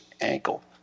ankle